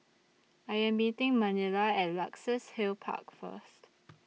I Am meeting Manilla At Luxus Hill Park First